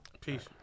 Peace